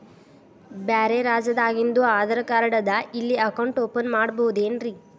ಬ್ಯಾರೆ ರಾಜ್ಯಾದಾಗಿಂದು ಆಧಾರ್ ಕಾರ್ಡ್ ಅದಾ ಇಲ್ಲಿ ಅಕೌಂಟ್ ಓಪನ್ ಮಾಡಬೋದೇನ್ರಿ?